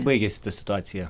baigėsi ta situacija